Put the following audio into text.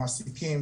מעסיקים,